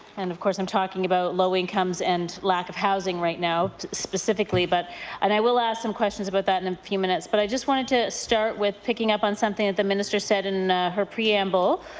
and of course i'm talking about low incomes and lack of housing right now specifically. but and i will ask some questions about that in a few minutes. but i wanted to start with picking up on something the minister said in her preamble.